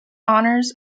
honors